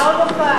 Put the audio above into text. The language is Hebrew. שאול מופז.